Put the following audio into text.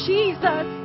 Jesus